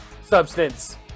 substance